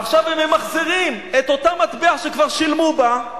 עכשיו הם ממחזרים את אותה מטבע שכבר שילמו בה,